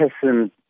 person